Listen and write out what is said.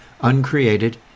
uncreated